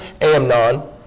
Amnon